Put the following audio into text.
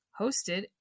hosted